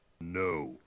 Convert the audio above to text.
No